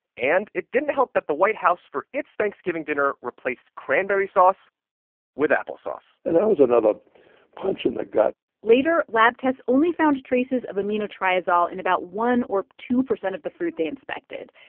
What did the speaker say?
and it didn't help that but the white house, for its thanksgiving dinner, replaced cranberry sauce with applesauce and that was another punch in the gut later, lab tests only found traces of amino triazole in about one or two percent of the fruit they inspected,